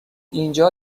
اینجا